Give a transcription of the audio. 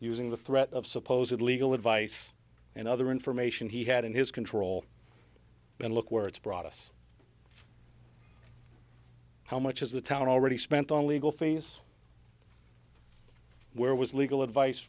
using the threat of supposedly eagle advice and other information he had in his control and look where it's brought us how much is the town already spent on legal fees where was legal advice